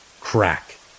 Crack